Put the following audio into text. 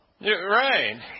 Right